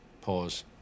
Pause